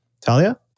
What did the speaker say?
Talia